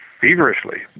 feverishly